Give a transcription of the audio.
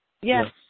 Yes